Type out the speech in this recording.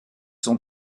sont